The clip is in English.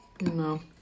No